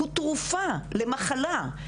הוא תרופה למחלה.